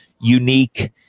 unique